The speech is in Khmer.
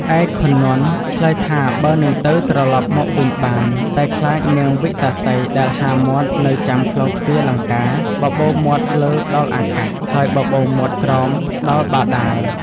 ឯខុននន្ទ ឆ្លើយថាបើនឹងទៅត្រឡប់មកវិញបាន តែខ្លាចនាងវិកតាសី ដែលហាមាត់នៅចាំក្លោងទ្វារលង្កា បបូរមាត់លើដល់អាកាស ហើយបបូរមាត់ក្រោមដល់បាតាល។